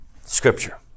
Scripture